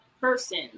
person